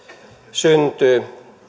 syntyy